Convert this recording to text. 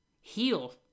Heal